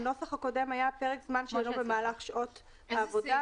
הנוסח הקודם היה: פרק זמן שאינו במהלך שעות העבודה,